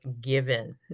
Given